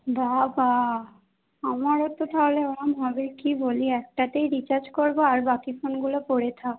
বাবা আমারও তো তাহলে ওরম হবে কী বলি একটাতেই রিচার্জ করবো আর বাকি ফোনগুলো পরে থাক